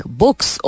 books